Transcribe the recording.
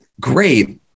Great